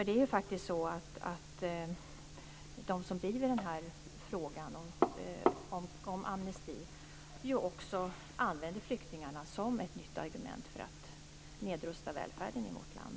Det är faktiskt så att de som driver frågan om amnesti också använder flyktingarna som ett nytt argument för att nedrusta välfärden i vårt land.